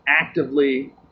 actively